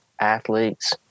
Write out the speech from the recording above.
Athletes